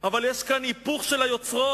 אבל יש כאן היפוך של היוצרות.